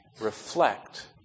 reflect